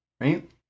right